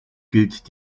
gilt